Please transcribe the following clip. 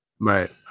Right